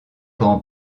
grand